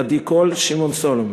עדי קול ושמעון סולומון.